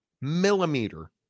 millimeter